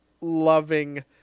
loving